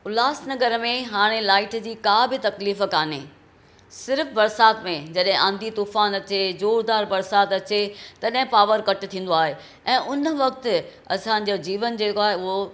उल्हास नगर में हाणे लाइट जी का बि तकलीफ़ु कोन्हे सिर्फ़ु बरिसातु में जॾहिं आंधी तूफान अचे जोरदारु बरिसातु अचे तॾहिं पावर कट थींदो आहे ऐं उन वक़्तु असांजा जीवन जेको आहे उहो